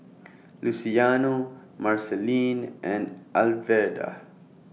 Luciano Marceline and Alverda